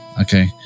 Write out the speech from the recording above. Okay